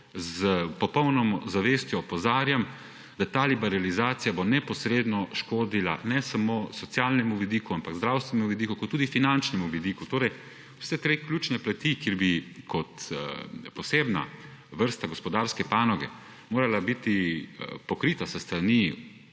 s popolno zavestjo opozarjam, da bo ta liberalizacija neposredno škodila ne samo socialnemu vidiku, ampak tudi zdravstvenemu vidiku in tudi finančnemu vidiku. Torej, vse tri ključne plati, ki bi kot posebna vrsta gospodarske panoge morale biti pokrite s strani